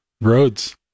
Roads